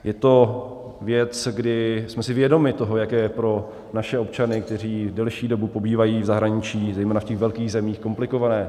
Je to věc, kdy jsme si vědomi toho, jaké je to pro naše občany, kteří delší dobu pobývají v zahraničí, zejména v těch velkých zemích, komplikované.